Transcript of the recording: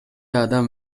адам